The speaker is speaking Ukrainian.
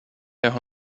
його